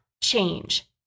change